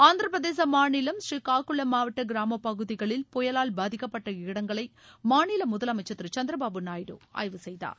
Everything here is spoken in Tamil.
ஆந்திரப்பிரதேச மாநிலம் புரீகாக்குள மாவட்ட கிராமப் பகுதிகளில் புயலால் பாதிக்கப்பட்ட இடங்களை மாநில முதலமைச்சர் திரு சந்திரபாபு நாயுடு ஆய்வு செய்தார்